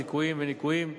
זיכויים וניכויים ממס,